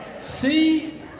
See